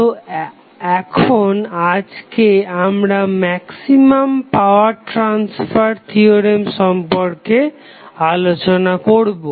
তো এখন আজকে আমরা ম্যাক্সিমাম পাওয়ার ট্রাসফার থিওরেম সম্পর্কে আলোচনা করবো